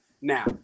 Now